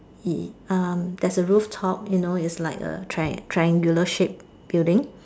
um there's a rooftop you know it's like a triangle triangular shaped building